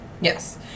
yes